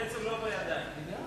התש"ע 2010,